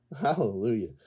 Hallelujah